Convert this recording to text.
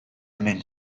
hemen